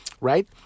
right